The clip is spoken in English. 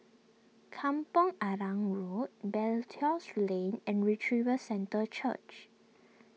Kampong Arang Road Belilios Lane and Revival Centre Church